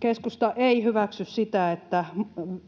Keskusta ei hyväksy sitä, että